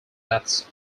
that